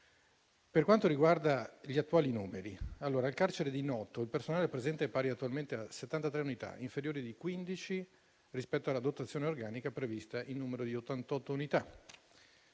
Per quanto riguarda gli attuali numeri, nel carcere di Noto il personale presente è pari attualmente a 73 unità, inferiore di 15 rispetto alla dotazione organica prevista in numero di 88 unità.